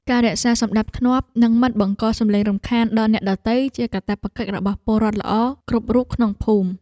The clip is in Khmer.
ការរក្សាសណ្តាប់ធ្នាប់និងមិនបង្កសំឡេងរំខានដល់អ្នកដទៃជាកាតព្វកិច្ចរបស់ពលរដ្ឋល្អគ្រប់រូបក្នុងភូមិ។